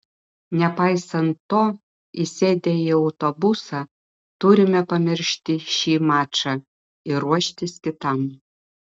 nepaisant to įsėdę į autobusą turime pamiršti šį mačą ir ruoštis kitam